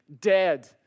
dead